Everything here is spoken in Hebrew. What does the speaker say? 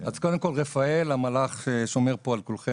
אז קודם כל, רפאל, המלאך השומר פה על כולם.